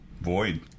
Void